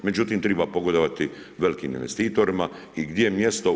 Međutim, treba pogodovati velikim investitorima i gdje je mjesto?